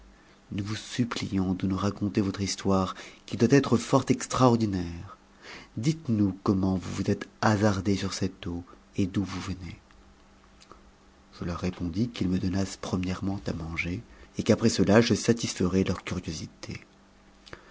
nous vous supplions de nous raconter votre histoire qui doit être fort extraordinaire dites-nous comment vous vous êtes hasardé sur cette eau et d'où vous venez s je leur répondis qu'ils me donnassent premièrement à manger et qu'après cela je satisferais leur curiosité